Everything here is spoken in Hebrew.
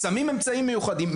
שמים אמצעים מיוחדים,